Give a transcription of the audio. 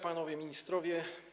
Panowie Ministrowie!